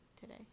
today